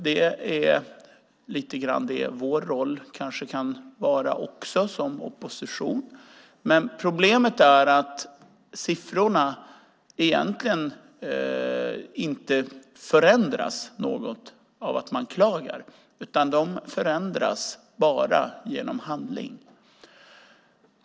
Det är lite grann det som vår roll kan vara också som opposition, men problemet är att siffrorna egentligen inte förändras något av att man klagar. De förändras bara genom handling.